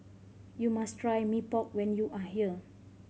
you must try Mee Pok when you are here